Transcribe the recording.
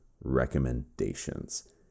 recommendations